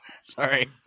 sorry